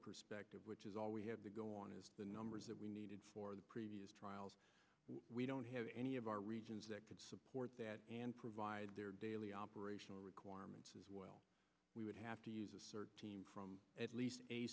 perspective which is all we have to go on is the numbers that we needed for the previous trials we don't have any of our regions that could support that and provide their daily operational requirements as well we would have to use a search team from at least